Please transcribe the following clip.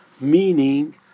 meaning